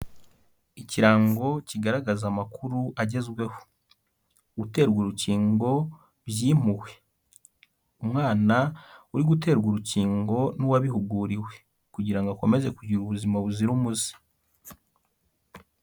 Ikirango kigaragaza amakuru agezweho. Guterwa urukingo byimuwe. Umwana uri guterwa urukingo n'uwabihuguriwe kugira ngo akomeze kugira ubuzima buzira umuze.